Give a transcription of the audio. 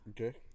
okay